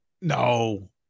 No